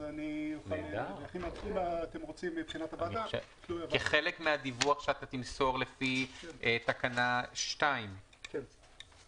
אז אם אתם רוצים --- כחלק מהדיווח שאתה תמסור לפי תקנה 2. כן.